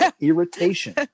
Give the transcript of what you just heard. irritation